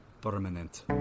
permanent